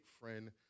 friend